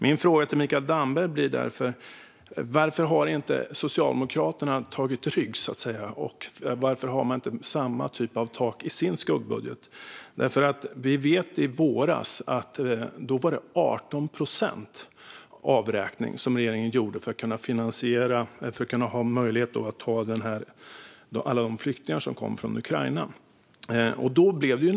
Min fråga till Mikael Damberg blir därför: Varför har inte Socialdemokraterna tagit rygg, så att säga? Varför har man inte samma typ av tak i sin skuggbudget? Vi vet att regeringen i våras gjorde en avräkning på 18 procent för att ha möjlighet att ta emot alla flyktingar som kom från Ukraina.